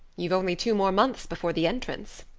you've only two more months before the entrance,